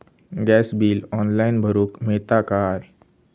Gas bill online भरुक मिळता काय?